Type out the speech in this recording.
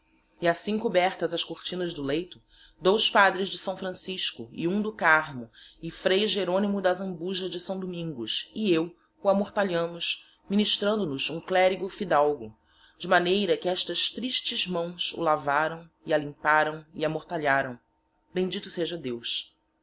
e assim cobertas as cortinas do leito dous padres de saõ francisco e hum do carmo e frei jeronimo d'azambuja de saõ domingos e eu o amortalhámos ministrando nos hum clerigo fidalgo de maneira que estas tristes maõs o laváraõ e alimpárão e amortalhárão bendito seja deos